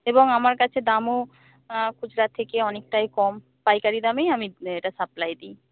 এবং আমার কাছে দামও খুচরার থেকে অনেকটাই কম পাইকারি দামেই আমি এটা সাপ্লাই দিই